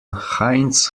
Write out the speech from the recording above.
heinz